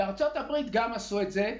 בארצות הברית גם עשו את זה,